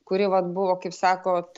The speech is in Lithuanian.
kuri vat buvo kaip sakot